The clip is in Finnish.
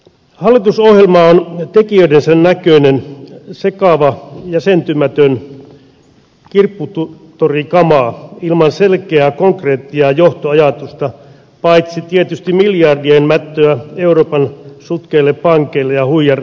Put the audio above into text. hallitusohjelma on tekijöidensä näköinen sekava jäsentymätön kirpputorikamaa ilman selkeää konkretiaa johtoajatusta paitsi tietysti miljardien mättöä euroopan sutkeille pankeille ja huijareille